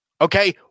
Okay